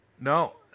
No